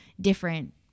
different